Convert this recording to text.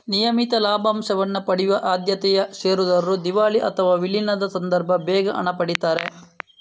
ನಿಯಮಿತ ಲಾಭಾಂಶವನ್ನ ಪಡೆಯುವ ಆದ್ಯತೆಯ ಷೇರುದಾರರು ದಿವಾಳಿ ಅಥವಾ ವಿಲೀನದ ಸಂದರ್ಭದಲ್ಲಿ ಬೇಗ ಹಣ ಪಡೀತಾರೆ